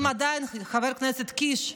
אם חבר הכנסת קיש,